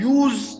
use